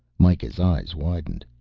mikah's eyes widened.